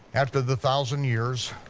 after the thousand years,